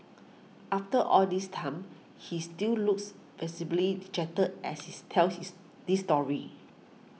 after all this time he still looks visibly dejected as he's tells is this story